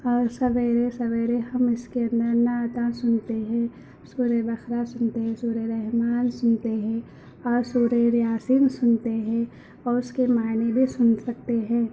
اور سویرے سویرے ہم اس کے اندر نعتیں سنتے ہیں سورۂ بقرہ سنتے ہیں سورۂ رحمٰن سنتے ہیں اور سورۂ یاسین سنتے ہیں اور اس کے معنی بھی سن سکتے ہیں